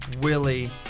Willie